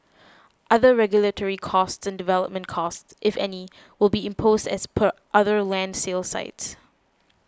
other regulatory costs and development costs if any will be imposed as per other land sales sites